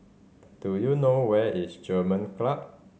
do you know where is German Club